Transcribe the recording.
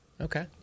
Okay